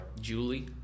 Julie